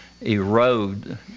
erode